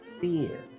fear